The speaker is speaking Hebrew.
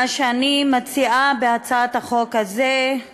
מה שאני מציעה בהצעת החוק הזאת זה